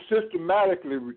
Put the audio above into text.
Systematically